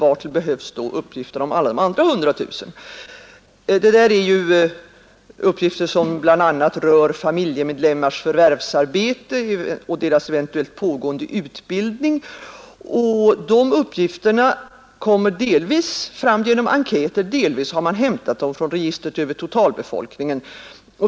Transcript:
Vartill behövs då uppgifterna om alla de andra? Detta är uppgifter som bl.a. rör familjemedlemmars förvärvsarbete och deras eventuella pågående utbildning. Uppgifterna kommer delvis fram genom enkäter. och delvis har man hämtat dem från registret över totalbefolkningen.